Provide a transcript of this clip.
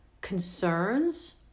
concerns